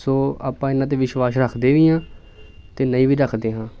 ਸੋ ਆਪਾਂ ਇਹਨਾਂ 'ਤੇ ਵਿਸ਼ਵਾਸ ਰੱਖਦੇ ਵੀ ਹਾਂ ਅਤੇ ਨਹੀਂ ਵੀ ਰੱਖਦੇ ਹਾਂ